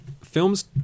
films